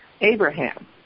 Abraham